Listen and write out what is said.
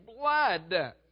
blood